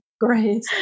great